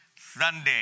Sunday